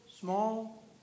Small